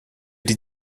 die